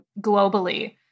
globally